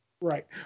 Right